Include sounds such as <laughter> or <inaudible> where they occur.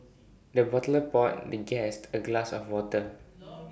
the butler poured the guest A glass of water <noise>